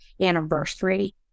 anniversary